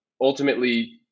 ultimately